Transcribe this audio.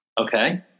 Okay